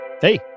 Hey